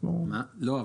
לא,